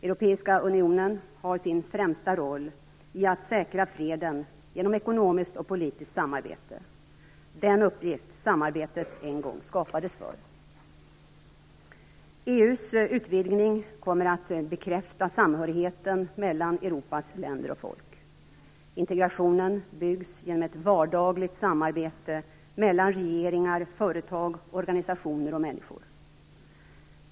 Europeiska unionen har sin främsta roll i att säkra freden genom ekonomiskt och politiskt samarbete - den uppgift samarbetet en gång skapades för. EU:s utvidgning kommer att bekräfta samhörigheten mellan Europas länder och folk. Integrationen byggs genom ett vardagligt samarbete mellan regeringar, företag, organisationer och människor.